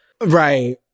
Right